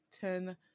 ten